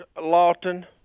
Lawton